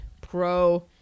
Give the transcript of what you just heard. Pro